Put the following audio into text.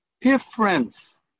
difference